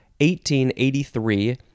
1883